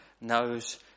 knows